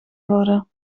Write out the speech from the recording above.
worden